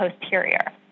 posterior